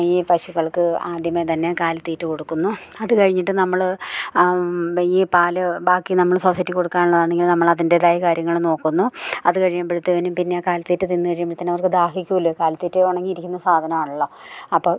ഈ പശുകൾക്ക് ആദ്യമേ തന്നെ കാലത്തീറ്റ കൊടുക്കുന്നു അതു കഴിഞ്ഞിട്ട് നമ്മൾ ഈ പാല് ബാക്കി നമ്മൾ സൊസൈറ്റിയിൽ കൊടുക്കാൻ ഉള്ളതാണിങ്ങനെ നമ്മളതിൻറ്റേതായ കാര്യങ്ങൾ നോക്കുന്നു അത് കഴിയുമ്പോഴത്തേനും പിന്നെ ആ കാലത്തീറ്റ തിന്ന് കഴിയുമ്പോഴത്തേനവർക്ക് ദാഹിക്കുമല്ലോ കാലിത്തീറ്റ ഉണങ്ങിയിരിക്കുന്ന സാധനമാണല്ലോ അപ്പോൾ